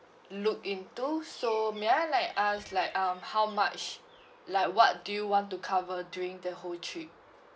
look into so may I like ask like um how much like what do you want to cover during the whole trip